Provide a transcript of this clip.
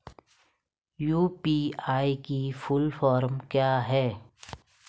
UPI की full form क्या है?